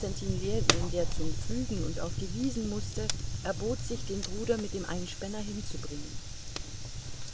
ljewin der zum pflügen und auf die wiesen mußte erbot sich den bruder mit dem einspänner hinzubringen